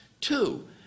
Two